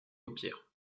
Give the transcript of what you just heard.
paupières